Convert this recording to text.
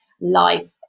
life